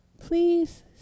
Please